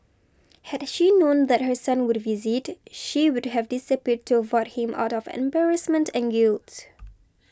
had she known that her son would visit she would have disappeared to avoid him out of embarrassment and guilt